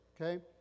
okay